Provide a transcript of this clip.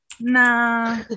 Nah